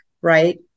Right